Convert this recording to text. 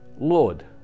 Lord